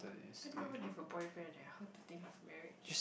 I don't even have a boyfriend eh how to think of marriage